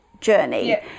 journey